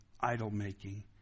idol-making